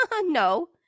No